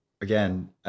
again